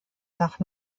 nach